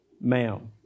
ma'am